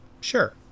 Sure